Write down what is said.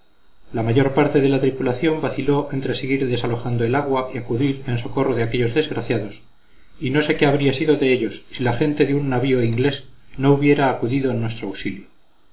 la mayor parte de la tripulación vaciló entre seguir desalojando el agua y acudir en socorro de aquellos desgraciados y no sé qué habría sido de ellos si la gente de un navío inglés no hubiera acudido en nuestro auxilio